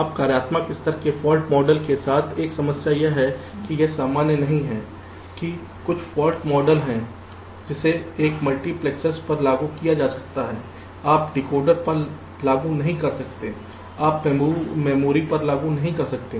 अब कार्यात्मक स्तर के फॉल्ट मॉडल के साथ एक समस्या यह है कि यह सामान्य नहीं है कि कुछ फॉल्ट मॉडल है जिसे एक मल्टिप्लेक्सेर्स पर लागू किया जा सकता है आप डिकोडर पर लागू नहीं कर सकते हैं आप मेमोरी पर लागू नहीं कर सकते